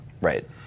Right